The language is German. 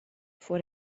vor